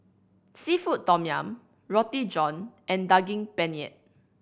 seafood tom yum Roti John and Daging Penyet